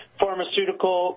pharmaceutical